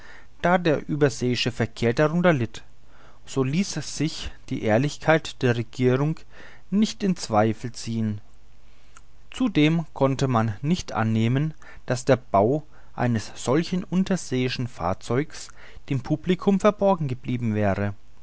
da der überseeische verkehr darunter litt so ließ sich die ehrlichkeit der regierungen nicht in zweifel ziehen zudem konnte man nicht annehmen daß der bau eines solchen unterseeischen fahrzeugs dem publicum verborgen geblieben wäre